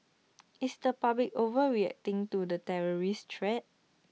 is the public overreacting to the terrorist threat